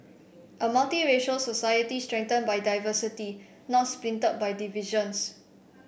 a multiracial society strengthened by diversity not splintered by divisions